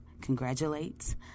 congratulate